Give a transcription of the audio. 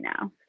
now